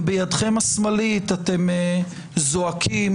ובידכם השמאלית אתם זועקים,